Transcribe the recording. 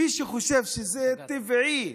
מי שחושב שזה טבעי,